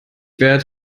werd